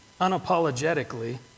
unapologetically